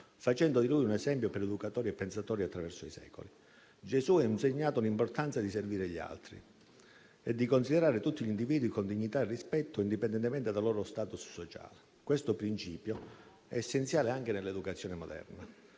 facendo di lui un esempio per educatori e pensatori attraverso i secoli. Gesù ha insegnato l'importanza di servire gli altri e di considerare tutti gli individui con dignità e rispetto, indipendentemente dal loro *status* sociale. Questo principio è essenziale anche nell'educazione moderna,